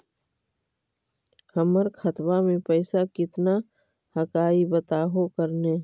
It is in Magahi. हमर खतवा में पैसा कितना हकाई बताहो करने?